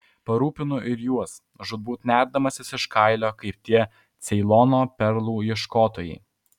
parūpinu ir juos žūtbūt nerdamasis iš kailio kaip tie ceilono perlų ieškotojai